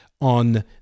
on